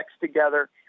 together